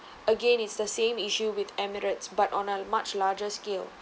again it's the same issue with Emirates but on a much larger scale